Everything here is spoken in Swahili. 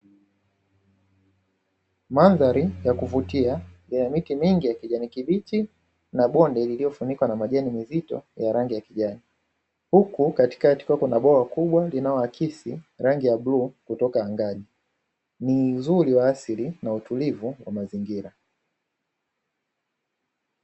Mandhari ya kuvutia yenye miti mingi ya kijani kibichi na bonde lililofunikwa na majani mazito ya rangi ya kijani, huku katikati kukiwa na bwawa kubwa linaloakisi rangi ya bluu kutoka angani. Ni uzuri wa asili na utulivu wa mazingira.